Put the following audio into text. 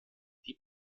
die